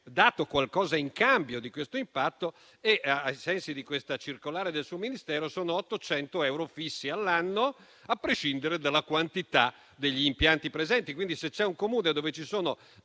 dato qualcosa in cambio di un tale impatto: ai sensi della circolare del suo Ministero, si tratta di 800 euro fissi all'anno, a prescindere dalla quantità degli impianti presenti. Quindi, se in un Comune ci sono